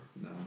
no